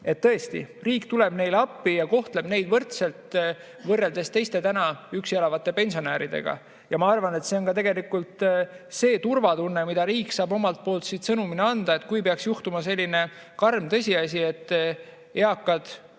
et tõesti, riik tuleb neile appi ja kohtleb neid võrdselt teiste üksi elavate pensionäridega. Ja ma arvan, et see on ka tegelikult see turvatunne, mida riik saab omalt poolt sõnumina anda, et kui peaks juhtuma selline karm tõsiasi, et eakad,